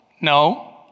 No